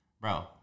bro